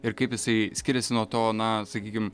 ir kaip jisai skiriasi nuo to na sakykim